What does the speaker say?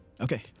Okay